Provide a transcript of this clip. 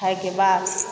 खाइके बाद